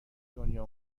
دنیا